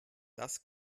das